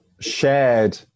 shared